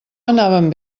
anaven